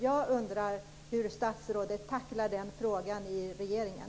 Hur tacklar statsrådet den frågan i regeringen?